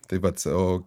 taip vat o